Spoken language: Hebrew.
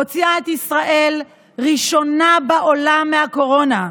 הוציאה את ישראל ראשונה בעולם מהקורונה.